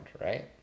right